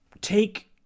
take